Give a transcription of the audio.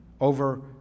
over